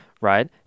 Right